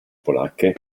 polacche